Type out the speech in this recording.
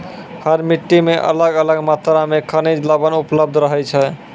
हर मिट्टी मॅ अलग अलग मात्रा मॅ खनिज लवण उपलब्ध रहै छै